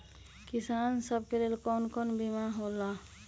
किसान सब के लेल कौन कौन सा बीमा होला?